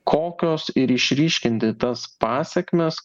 kokios ir išryškinti tas pasekmes